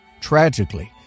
tragically